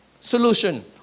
solution